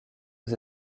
aux